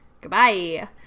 Goodbye